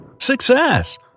Success